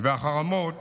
והחרמות